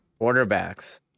quarterbacks